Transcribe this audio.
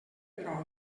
però